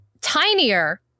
tinier